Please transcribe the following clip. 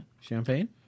champagne